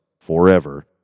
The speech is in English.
forever